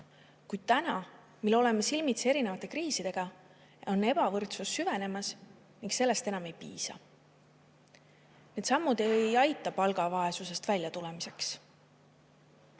Kuid täna, mil oleme silmitsi erinevate kriisidega, on ebavõrdsus süvenemas ning sellest enam ei piisa. Need sammud ei aita palgavaesusest välja tulla. Mure